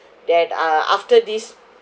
that uh after this